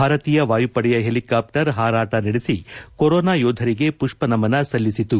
ಭಾರತೀಯ ವಾಯುಪಡೆಯ ಹೆಲಿಕಾಪ್ಟರ್ ಹಾರಾಟ ನಡೆಸಿ ಕೊರೋನಾ ಯೋಧರಿಗೆ ಪುಪ್ಪ ನಮನ ಸಲ್ಲಿಸಿದವು